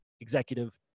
executive